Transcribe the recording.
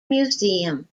museum